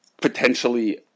potentially